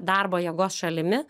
darbo jėgos šalimi